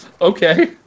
Okay